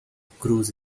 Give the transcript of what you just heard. cruz